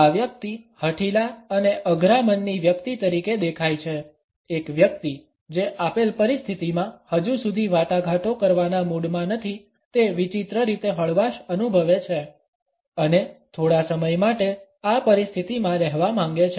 આ વ્યક્તિ હઠીલા અને અઘરા મનની વ્યક્તિ તરીકે દેખાય છે એક વ્યક્તિ જે આપેલ પરિસ્થિતિમાં હજુ સુધી વાટાઘાટો કરવાના મૂડમાં નથી તે વિચિત્ર રીતે હળવાશ અનુભવે છે અને થોડા સમય માટે આ પરિસ્થિતિમાં રહેવા માંગે છે